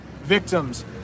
victims